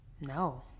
no